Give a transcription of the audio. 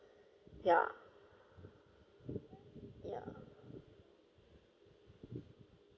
ya ya